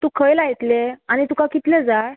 खंय लायतले आनी तुका कितले जाय